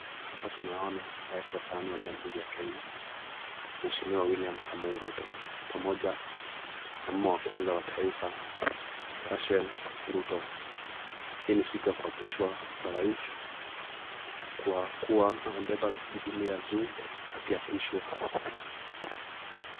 Hapa tunaona rais wa tano wa jamhuri ya Kenya, mheshimiwa Wiliam Samoei Ruto pamoja na mume wa kwaza wa taifa Racheal Ruto. Hii ni siku ya kuapishwa kwa rais kwa kuwa amebeba biblia juu akiapishwa.